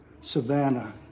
Savannah